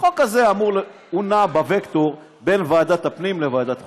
החוק הזה נע בווקטור בין ועדת הפנים לוועדת החוקה.